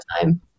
time